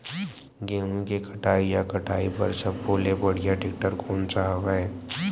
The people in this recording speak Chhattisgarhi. गेहूं के कटाई या कटाई बर सब्बो ले बढ़िया टेक्टर कोन सा हवय?